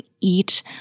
eat